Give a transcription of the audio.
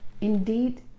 Indeed